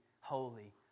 holy